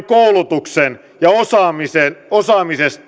koulutuksen ja osaamisen